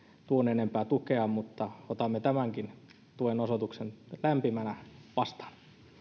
tuon enempää tukea mutta otamme tämänkin tuen osoituksen lämpimästi vastaan